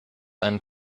ein